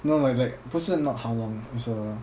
no like like 不是 not how long it's uh